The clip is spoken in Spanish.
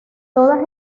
todas